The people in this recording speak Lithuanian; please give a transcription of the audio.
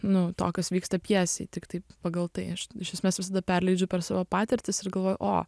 nu to kas vyksta pjesėj tiktai pagal tai aš iš esmės visada perleidžiu per savo patirtis ir galvoju o